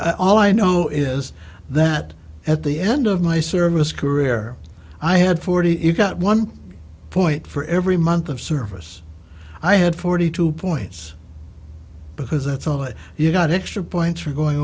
all i know is that at the end of my service career i had forty you got one point for every month of service i had forty two points because i thought you got extra points for going